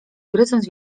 gryząc